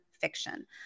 fiction